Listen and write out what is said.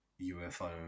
UFO